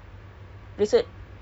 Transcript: I mean also